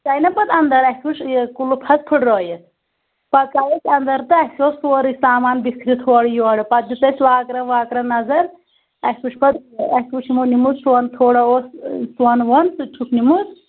ژاے نہ پَتہٕ اندَر اَسہِ وُچھ یہِ قُلف حظ پھٕٹرٲیِتھ پتہٕ ژاے أسۍ اندَر تہٕ اَسہِ اوس سورٕے سامان بِکھرِتھ ہورٕ یورٕ پَتہٕ دِژ اَسہِ لاکرَن واکرَن نظر اَسہ وُچھ پَتہٕ اَسہِ وُچھ یِمو نِمُت سۄن تھوڑا اوس سۄن وۄن سُہ تہِ چھُکھ نِمُت